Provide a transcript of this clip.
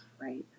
right